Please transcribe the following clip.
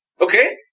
Okay